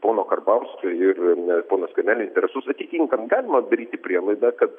pono karbauskio ir pono skvernelio interesus atitinka galima daryti prielaidą kad